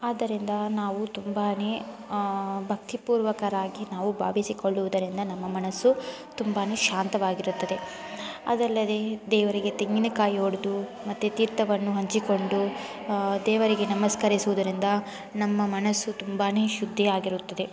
ಆದ್ದರಿಂದ ನಾವು ತುಂಬಾ ಭಕ್ತಿ ಪೂರ್ವಕವಾಗಿ ನಾವು ಭಾವಿಸಿಕೊಳ್ಳುವುದರಿಂದ ನಮ್ಮ ಮನಸ್ಸು ತುಂಬಾ ಶಾಂತವಾಗಿರುತ್ತದೆ ಅದಲ್ಲದೆ ದೇವರಿಗೆ ತೆಂಗಿನಕಾಯಿ ಒಡೆದು ಮತ್ತು ತೀರ್ಥವನ್ನು ಹಂಚಿಕೊಂಡು ದೇವರಿಗೆ ನಮಸ್ಕರಿಸುವುದರಿಂದ ನಮ್ಮ ಮನಸ್ಸು ತುಂಬಾ ಶುದ್ಧಿಯಾಗಿರುತ್ತದೆ